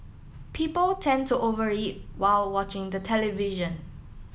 people tend to over eat while watching the television